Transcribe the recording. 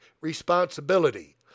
responsibility